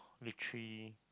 literally